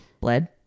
Bled